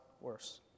worse